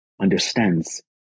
understands